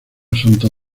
santo